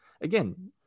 again